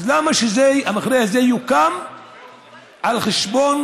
אז למה שהמכרה הזה יוקם על חשבון